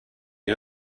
had